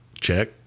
check